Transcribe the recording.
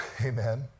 Amen